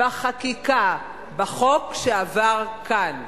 בחקיקה בחוק שעבר כאן.